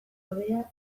hobea